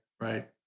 right